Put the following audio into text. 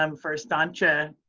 um for estancia